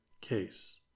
case